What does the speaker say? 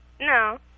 No